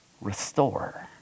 Restore